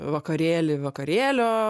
vakarėly vakarėlio